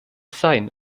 sein